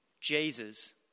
Jesus